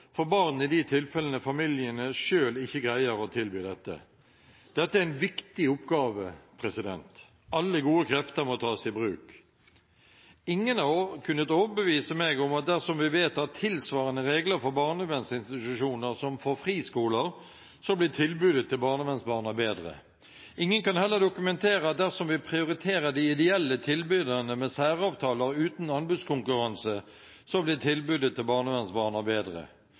for barn i de tilfellene hvor familiene selv ikke greier å tilby dette. Dette er en viktig oppgave. Alle gode krefter må tas i bruk. Ingen har kunnet overbevise meg om at dersom vi vedtar tilsvarende regler for barnevernsinstitusjoner som for friskoler, så blir tilbudet til barnevernsbarna bedre. Ingen kan heller dokumentere at dersom vi prioriterer de ideelle tilbyderne med særavtaler uten anbudskonkurranse, så blir tilbudet til barnevernsbarna bedre.